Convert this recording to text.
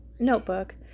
notebook